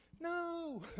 no